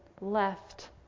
left